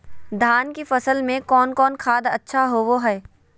धान की फ़सल में कौन कौन खाद अच्छा होबो हाय?